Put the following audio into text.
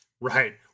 Right